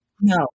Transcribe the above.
No